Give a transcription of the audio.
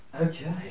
Okay